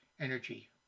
energy